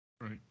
Right